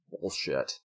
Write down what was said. bullshit